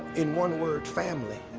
in one word, family.